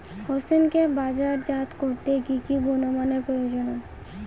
হোসেনকে বাজারজাত করতে কি কি গুণমানের প্রয়োজন?